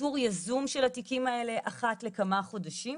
באיתור יזום של התיקים האלה אחת לכמה חודשים.